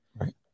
Right